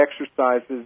exercises